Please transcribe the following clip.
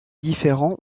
différents